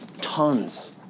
Tons